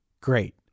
Great